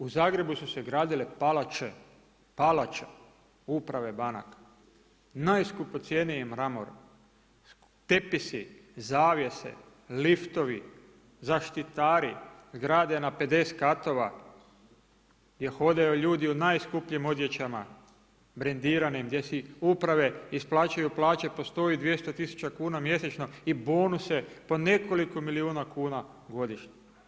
U Zagrebu su se gradile palače, palače, uprave banaka najskupocjeniji mramor, tepisi, zavjese, liftovi, zaštitari grade na 50 katova gdje hodaju ljudi u najskupljim odjećama, brendiranim gdje si uprave isplaćuju plaće postoji 200 tisuća kuna mjesečno i bonuse po nekoliko milijuna kuna godišnje.